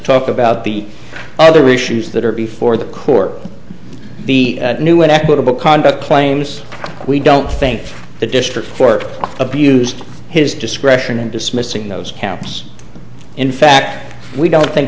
talk about the other issues that are before the core of the new equitable conduct claims we don't think the district court abused his discretion in dismissing those camps in fact we don't think